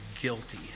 guilty